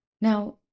Now